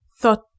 thought